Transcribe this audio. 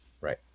Right